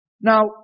Now